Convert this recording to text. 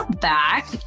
back